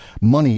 money